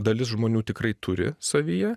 dalis žmonių tikrai turi savyje